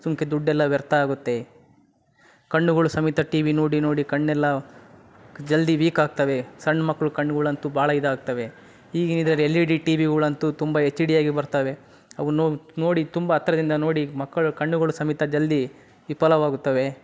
ಸುಮ್ಕೆ ದುಡ್ಡೆಲ್ಲ ವ್ಯರ್ಥ ಆಗುತ್ತೆ ಕಣ್ಣುಗಳು ಸಮೇತ ಟಿ ವಿ ನೋಡಿ ನೋಡಿ ಕಣ್ಣೆಲ್ಲ ಜಲ್ದಿ ವೀಕ್ ಆಗ್ತವೆ ಸಣ್ಣ ಮಕ್ಳು ಕಣ್ಣುಗಳಂತೂ ಭಾಳ ಇದಾಗ್ತವೆ ಈಗಿನ ಇದರಲ್ಲಿ ಎಲ್ ಇ ಡಿ ಟಿ ವಿಗಳಂತೂ ತುಂಬ ಎಚ್ ಡಿ ಆಗಿ ಬರ್ತವೆ ಅವನ್ನು ನೋಡಿ ತುಂಬ ಹತ್ರದಿಂದ ನೋಡಿ ಮಕ್ಕಳ ಕಣ್ಣುಗಳು ಸಮೇತ ಜಲ್ದಿ ವಿಫಲವಾಗುತ್ತವೆ